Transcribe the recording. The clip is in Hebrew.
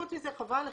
וחוץ מזה חובה עליכם,